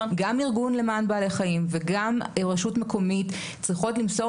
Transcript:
גם ארגון למען בעלי חיים וגם רשות מקומית צריכות למסור